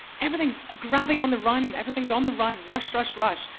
everything is grabbing on the run. everything is on the run. rush rush rush.